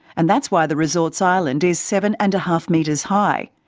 and that's why the resort's island is seven and a half metres high.